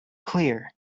clear